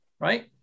right